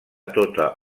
tota